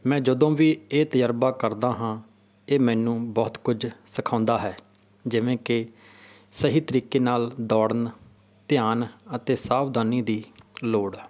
ਮੈਂ ਜਦੋਂ ਵੀ ਇਹ ਤਜ਼ਰਬਾ ਕਰਦਾ ਹਾਂ ਇਹ ਮੈਨੂੰ ਬਹੁਤ ਕੁਝ ਸਿਖਾਉਂਦਾ ਹੈ ਜਿਵੇਂ ਕਿ ਸਹੀ ਤਰੀਕੇ ਨਾਲ ਦੌੜਨ ਧਿਆਨ ਅਤੇ ਸਾਵਧਾਨੀ ਦੀ ਲੋੜ